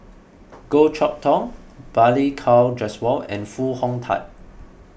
Goh Chok Tong Balli Kaur Jaswal and Foo Hong Tatt